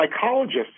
psychologists